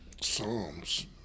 Psalms